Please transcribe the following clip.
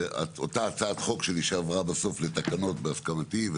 שאותה הצעת חוק שלי שעברה בסוף לתקנות בהסכמתי,